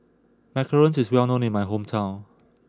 Macarons is well known in my hometown